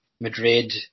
Madrid